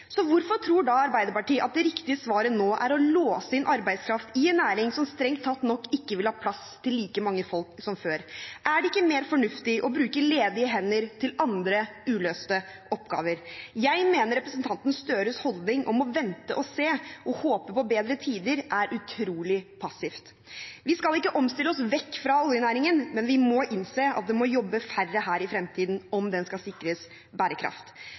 Hvorfor tror da Arbeiderpartiet at det riktige svaret nå er å låse inn arbeidskraft i en næring som strengt tatt nok ikke ville hatt plass til like mange folk som før? Er det ikke mer fornuftig å bruke ledige hender til andre uløste oppgaver? Jeg mener representanten Gahr Støres holdning om å vente og se og håpe på bedre tider er utrolig passiv. Vi skal ikke omstille oss vekk fra oljenæringen, men vi må innse at det må jobbe færre her i fremtiden om den skal sikres bærekraft.